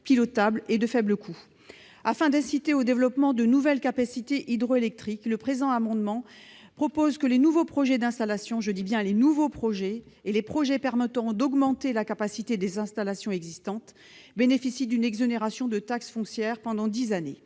pilotable et de faible coût. Afin d'inciter au développement de nouvelles capacités hydroélectriques, les auteurs de cet amendement proposent de faire bénéficier les nouveaux projets d'installation- je dis bien les nouveaux projets -et les projets permettant d'augmenter la capacité des installations existantes d'une exonération de taxe foncière pendant dix ans.